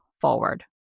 forward